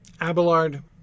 Abelard